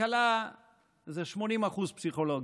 כלכלה זה 80% פסיכולוגיה.